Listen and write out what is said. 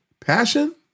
passion